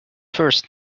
first